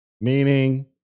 meaning